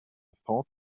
thought